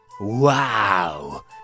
Wow